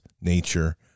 nature